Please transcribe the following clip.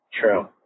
True